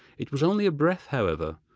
it was only a breath, however,